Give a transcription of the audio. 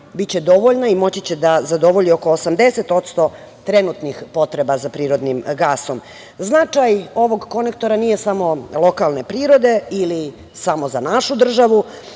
biti dovoljna i da zadovolji oko 80% trenutnih potreba za prirodnim gasom. Značaj ovog konektora nije samo lokalne prirode, ili samo za našu državu,